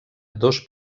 dos